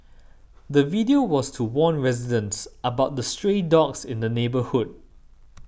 the video was to warn residents about the stray dogs in the neighbourhood